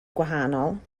gwahanol